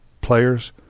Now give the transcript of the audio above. Players